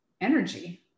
energy